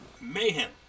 Mayhem